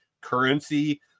currency